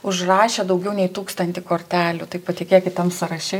užrašė daugiau nei tūkstantį kortelių tai patikėkit tam sąraše